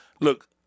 look